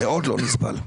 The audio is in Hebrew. מאוד לא נסבל.